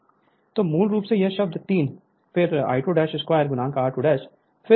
तो मूल रूप से यह शब्द 3 फिर I22 r2 फिर 1 S S है